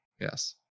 yes